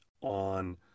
on